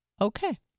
Okay